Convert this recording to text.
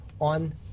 on